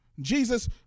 Jesus